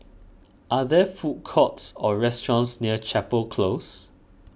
are there food courts or restaurants near Chapel Close